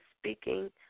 Speaking